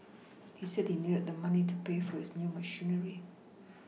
he said he needed the money to pay for his new machinery